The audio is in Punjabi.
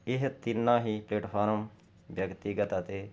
ਇਹ ਤਿੰਨਾਂ ਹੀ ਪਲੇਟਫਾਰਮ ਵਿਅਕਤੀਗਤ ਅਤੇ